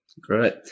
Great